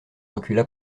recula